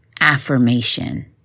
affirmation